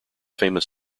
famous